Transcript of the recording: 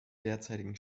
derzeitigen